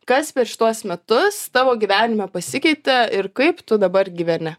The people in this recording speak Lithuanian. kas per šituos metus tavo gyvenime pasikeitė ir kaip tu dabar gyveni